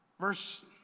Verse